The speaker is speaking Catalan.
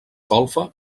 golfa